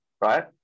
right